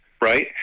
right